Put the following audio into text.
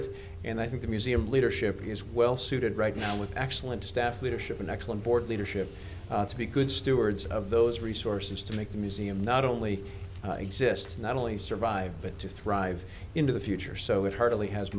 supported and i think the museum leadership is well suited right now with excellent staff leadership and excellent board leadership to be good stewards of those resources to make the museum not only exists not only survive but to thrive into the future so it hardly has